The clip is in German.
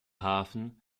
hafen